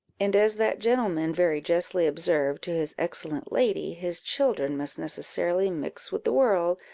and as, that gentleman very justly observed to his excellent lady, his children must necessarily mix with the world,